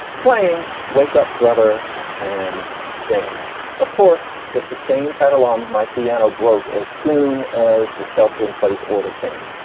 playing wake up brother and dance. of course, the sustain pedal on my piano broke as soon as the shelter-in-place order came,